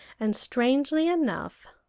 and, strangely enough,